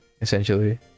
essentially